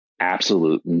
absolute